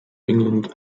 england